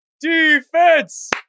Defense